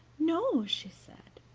no, she said,